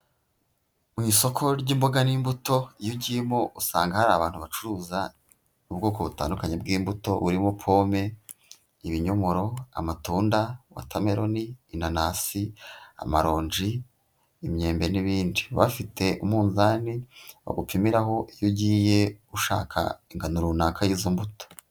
Mu isoko ry'imboga n'imbuto, iyo ugiyemo usanga hari abantu bacuruza ubwoko butandukanye bw'imbuto, burimo pome, ibinyomoro, amatunda, watarmelon, inanasi, amaronji, imyembe, n'ibindi. Bafite umunzani, bagupimiraho iyo ugiye ushaka ingano runaka y'izo mbuto.